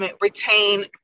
retain